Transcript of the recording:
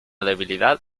debilidad